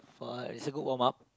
far it's a good warm up